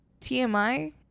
TMI